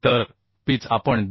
तर पिच आपण 2